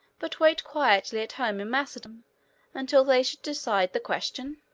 but wait quietly at home in macedon until they should decide the question?